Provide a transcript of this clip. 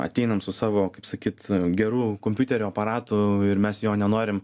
ateinam su savo kaip sakyt geru kompiuterio aparatu ir mes jo nenorim